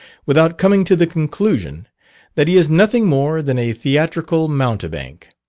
without coming to the conclusion that he is nothing more than a theatrical mountebank.